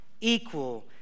equal